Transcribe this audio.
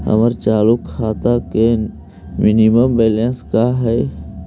हमर चालू खाता के मिनिमम बैलेंस का हई?